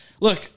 Look